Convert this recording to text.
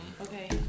Okay